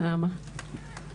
למה?